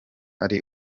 ari